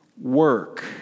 work